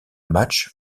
match